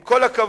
עם כל הכבוד,